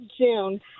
June